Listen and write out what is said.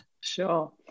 Sure